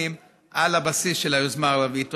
הפלסטינים על הבסיס של היוזמה הערבית.